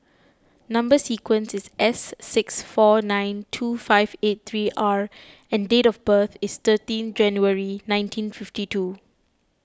Number Sequence is S six four nine two five eight three R and date of birth is thirteen January nineteen fifty two